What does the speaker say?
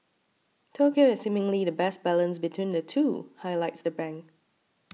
Tokyo is seemingly the best balance between the two highlights the bank